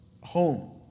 home